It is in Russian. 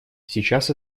сейчас